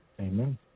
amen